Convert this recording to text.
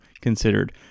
considered